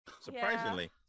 Surprisingly